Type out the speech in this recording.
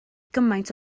gymaint